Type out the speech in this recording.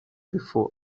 before